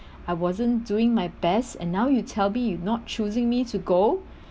I wasn't doing my best and now you tell me you're not choosing me to go